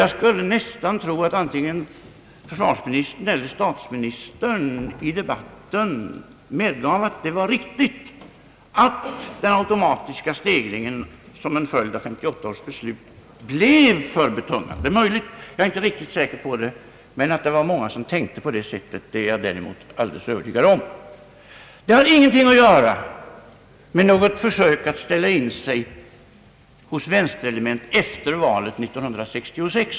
Jag skulle tro att antingen försvarsministern eller statsministern i debatten medgav att det var riktigt att den automatiska stegringen som en följd av 1958 års beslut blev för betungande. Jag är inte riktigt säker på det, men jag är övertygad om att det var många som tänkte på det sättet. Det har ingenting att göra med något försök att ställa in sig hos vänsterelement efter valet 1966.